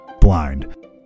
blind